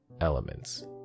elements